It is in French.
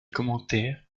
commentaires